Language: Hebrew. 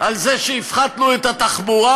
על זה שהפחתנו את מחירי התחבורה?